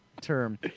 term